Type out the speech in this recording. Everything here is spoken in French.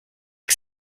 que